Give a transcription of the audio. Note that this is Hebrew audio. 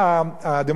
השלטון הנבחר,